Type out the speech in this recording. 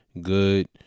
good